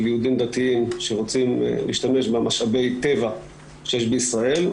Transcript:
של יהודים דתיים שרוצים להשתמש במשאבי הטבע שיש בישראל,